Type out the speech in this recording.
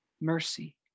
mercy